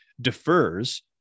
defers